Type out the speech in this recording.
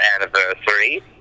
anniversary